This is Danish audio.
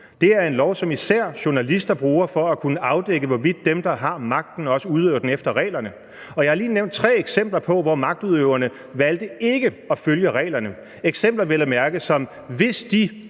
Det er en lov, som især journalister bruger for at kunne afdække, hvorvidt dem, der har magten, også udøver den efter reglerne, og jeg har lige nævnt tre eksempler på, hvor magtudøverne valgte ikke at følge reglerne – eksempler vel at mærke på, at hvis den